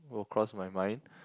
will cross my mind